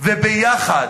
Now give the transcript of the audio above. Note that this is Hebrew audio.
וביחד.